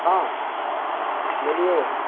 ہاں بولیے